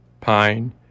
pine